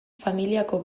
familiako